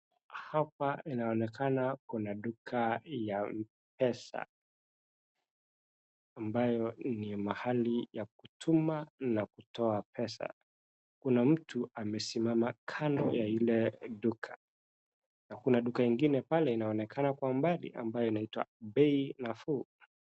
Hapa inaonekana kuna duka ya mpesa ambayo ni mahali ya kutuma na kutoa pesa, kuna mtu amesimama kando ya ile duka na kuna duka ingine pale inaonekana kwa umbali ambayo inaitwa bei nafuu.